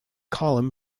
column